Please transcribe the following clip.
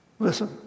Listen